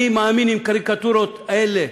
אני מאמין שאם הקריקטורות האלה,